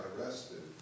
arrested